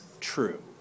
true